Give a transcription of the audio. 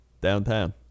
downtown